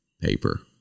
paper